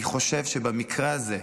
אני חושב שבמקרה הזה,